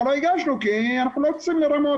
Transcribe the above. אבל לא הגשנו כי אנחנו לא רוצים לרמות,